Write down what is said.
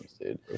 dude